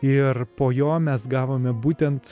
ir po jo mes gavome būtent